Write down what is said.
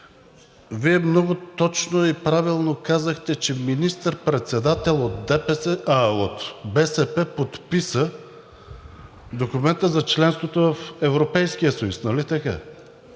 Вие много точно и правилно казахте, че министър-председател от БСП подписа документа за членството в Европейския съюз. Нали така?